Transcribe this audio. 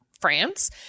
France